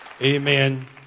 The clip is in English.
Amen